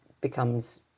becomes